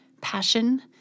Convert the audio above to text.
passion